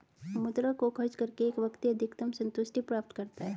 मुद्रा को खर्च करके एक व्यक्ति अधिकतम सन्तुष्टि प्राप्त करता है